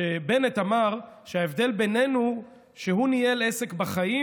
שבנט אמר שההבדל בינינו הוא שהוא ניהל עסק בחיים,